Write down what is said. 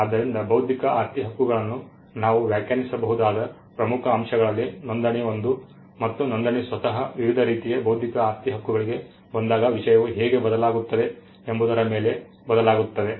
ಆದ್ದರಿಂದ ಬೌದ್ಧಿಕ ಆಸ್ತಿ ಹಕ್ಕುಗಳನ್ನು ನಾವು ವ್ಯಾಖ್ಯಾನಿಸಬಹುದಾದ ಪ್ರಮುಖ ಅಂಶಗಳಲ್ಲಿ ನೋಂದಣಿ ಒಂದು ಮತ್ತು ನೋಂದಣಿ ಸ್ವತಃ ವಿವಿಧ ರೀತಿಯ ಬೌದ್ಧಿಕ ಆಸ್ತಿ ಹಕ್ಕುಗಳಿಗೆ ಬಂದಾಗ ವಿಷಯವು ಹೇಗೆ ಬದಲಾಗುತ್ತದೆ ಎಂಬುದರ ಮೇಲೆ ಬದಲಾಗುತ್ತದೆ